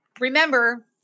remember